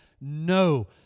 no